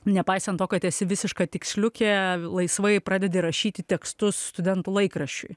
nepaisant to kad esi visiška tiksliukė laisvai pradedi rašyti tekstus studentų laikraščiui